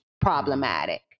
problematic